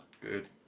Good